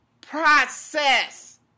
process